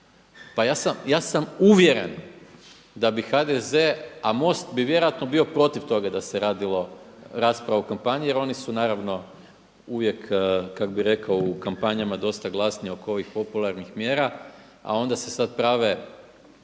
Ja sam uvjeren da bi HDZ, a MOST bi vjerojatno bio protiv toga da se radilo rasprava u kampanji jer oni su naravno uvijek kak bi rekao u kampanjama dosta glasniji oko ovih popularnih mjera, a onda se sada prave